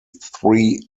three